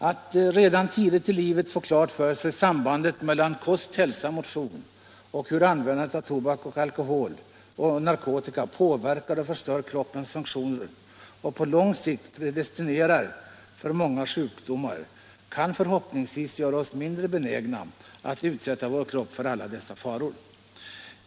Att vi redan tidigt i livet får klart för oss sambandet kost-hälsa-motion och hur användandet av tobak, alkohol och narkotika påverkar och förstör kroppens funktioner och på lång sikt predestinerar för många sjukdomar kan förhoppningsvis göra oss mindre benägna att utsätta vår kropp för alla dessa faror.